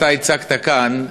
שאתה הצגת כאן,